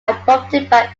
adopted